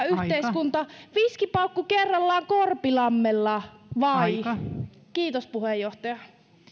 yhteiskunta viskipaukku kerrallaan korpilammella vai kiitos puheenjohtaja